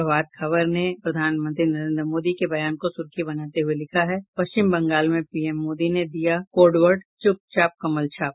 प्रभात खबर ने प्रधानमंत्री नरेन्द्र मोदी के बयान को सुर्खी बनाते हुये लिखा है पश्चिम बंगाल में पीएम मोदी ने दिया कोड वर्ड चुपचाप कमल छाप